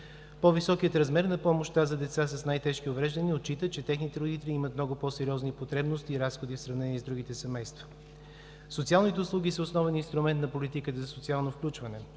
По-високият размер на помощта за деца с най-тежки увреждания отчита, че техните родители имат много по-сериозни потребности и разходи в сравнение с другите семейства. Социалните услуги са основен инструмент на политиката за социално включване.